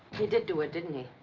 he did do it, didn't he?